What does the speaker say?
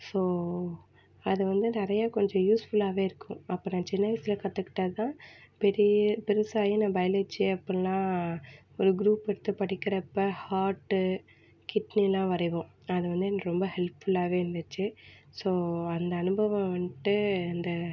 so அது வந்து நிறையா கொஞ்சம் யூஸ்ஃபுல்லாகவே இருக்கும் அப்போ நான் சின்ன வயசில் கற்றுக்கிட்டது தான் பெரிய பெருசாகி நான் பயாலஜி அப்படிலாம் ஒரு க்ரூப் எடுத்து படிக்கிறப்போ ஹார்ட்டு கிட்னிலாம் வரைவோம் அது வந்து எனக்கு ரொம்ப ஹெல்ப்ஃபுல்லாகவே இருந்துச்சு ஸோ அந்த அனுபவம் வந்துட்டு அந்த